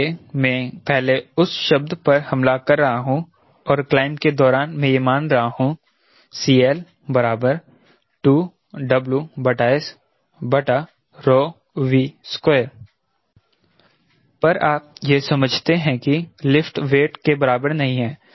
इसलिए मैं पहले उस शब्द पर हमला कर रहा हूं और क्लाइंब के दौरान मैं यह मान रहा हूं CL 2WSV2 पर आप यह समझते हैं कि लिफ्ट वेट के बराबर नहीं है